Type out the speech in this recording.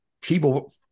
people